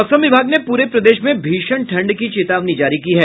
मौसम विभाग ने पूरे प्रदेश में भीषण ठंड की चेतावनी जारी की है